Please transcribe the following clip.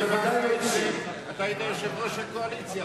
אתה היית יושב-ראש הקואליציה,